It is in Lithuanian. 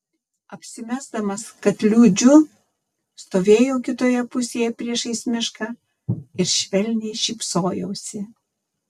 apsimesdamas kad liūdžiu stovėjau kitoje pusėje priešais mišką ir švelniai šypsojausi